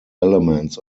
elements